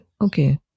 Okay